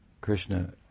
Krishna